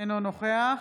אינו נוכח